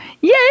yay